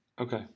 Okay